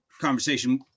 conversation